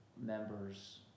member's